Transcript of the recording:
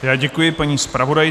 Já děkuji paní zpravodajce.